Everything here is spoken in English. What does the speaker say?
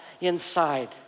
inside